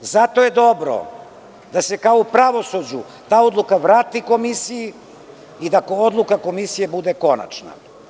Zato je dobro da se kao u pravosuđu ta odluka vrati komisiji i da odluka komisije bude konačna.